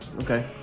Okay